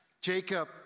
Jacob